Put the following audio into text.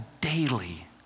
daily